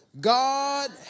God